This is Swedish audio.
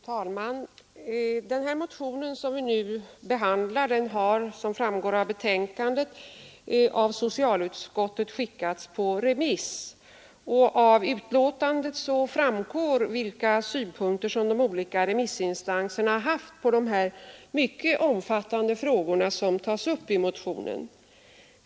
Fru talman! Den motion som vi nu behandlar har, såsom framgår av betänkandet, av socialutskottet skickats på remiss. Av betänkandet framgår vilka synpunkter de olika remissinstanserna haft på de mycket omfattande frågor som tas upp i motionen.